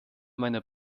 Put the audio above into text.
meiner